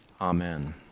amen